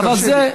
אם תרשה לי,